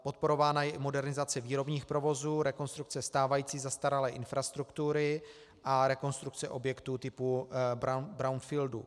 Podporována je i modernizace výrobních provozů, rekonstrukce stávající zastaralé infrastruktury a rekonstrukce objektů typu brownfieldů.